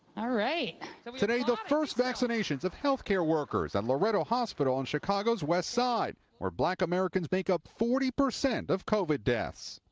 ah right. reporter today the first vaccinations of health care workers at loreto hospital on chicago's west side where black americans make up forty percent of covid deaths.